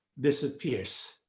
disappears